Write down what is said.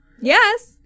Yes